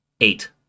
Eight